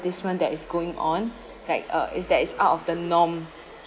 advertisement that is going on like uh is that is out of the norm